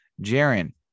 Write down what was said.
Jaron